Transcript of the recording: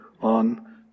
on